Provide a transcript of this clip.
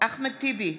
אחמד טיבי,